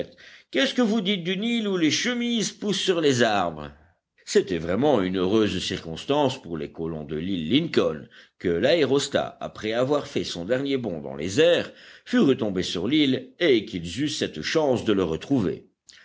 qu'est-ce que vous dites d'une île où les chemises poussent sur les arbres c'était vraiment une heureuse circonstance pour les colons de l'île lincoln que l'aérostat après avoir fait son dernier bond dans les airs fût retombé sur l'île et qu'ils eussent cette chance de le retrouver